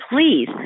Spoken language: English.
please